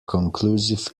conclusive